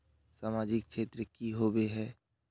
सामाजिक क्षेत्र की होबे है?